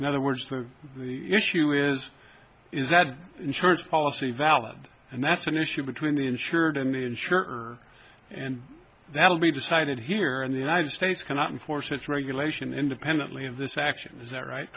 in other words the issue is is that insurance policy valid and that's an issue between the insured and insured and that will be decided here in the united states cannot enforce its regulation independently of this action is that right